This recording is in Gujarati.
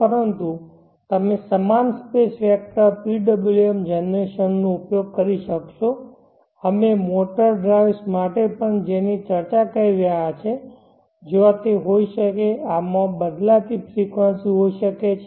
પરંતુ તમે સમાન સ્પેસ વેક્ટર PWM જનરેશન નો ઉપયોગ કરી શકશો અમે મોટર ડ્રાઇવ્સ માટે પણ જેની ચર્ચા કરી રહ્યાં છે જ્યાં તે હોઈ શકે આમાં બદલાતી ફ્રેકવંસી હોઇ શકે છે